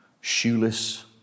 shoeless